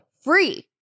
free